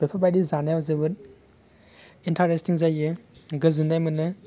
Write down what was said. बोफोरबायदि जानाया जोबोद इन्टारेस्तिं जायो गोजोन्नाय मोनो